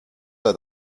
sei